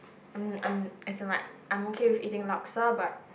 um I'm as in like I'm okay with eating laksa but